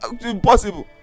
impossible